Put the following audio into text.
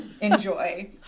enjoy